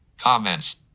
Comments